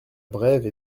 brève